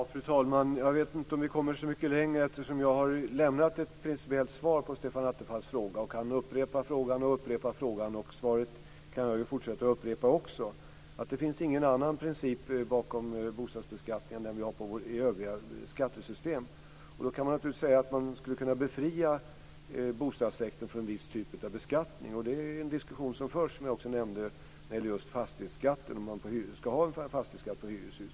Fru talman! Jag vet inte om vi kommer så mycket längre. Jag har lämnat ett principiellt svar på Stefan Attefalls fråga. Han upprepar frågan gång på gång. Jag kan fortsätta att upprepa svaret, att det finns ingen annan princip bakom bostadsbeskattningen än den bakom vårt övriga skattesystem. Man kan naturligtvis säga att man skulle kunna befria bostadssektorn från en viss typ av beskattning. Det är en diskussion som förs när det gäller just fastighetsskatten, som jag också nämnde. Det förs en diskussion om man ska ha fastighetsskatt på hyreshus.